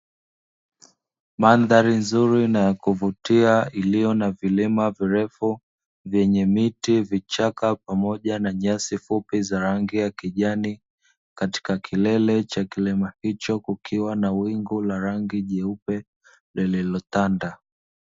Mandhari nzuri na ya kuvutia iliyo na vilima virefu, vyenye miti na vichaka pamoja na nyasi za rangi ya kijani, katika kilele cha kilima hicho kukiwa na wingu la rangi jeupe lililotanda.